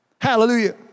Hallelujah